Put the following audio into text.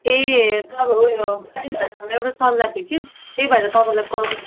ए अब उयो एउटा सल्लाह थियो कि त्यही भएर तपाईँलाई कल गरेको